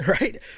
Right